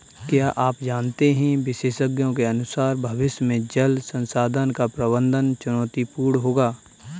क्या आप जानते है विशेषज्ञों के अनुसार भविष्य में जल संसाधन का प्रबंधन चुनौतीपूर्ण होगा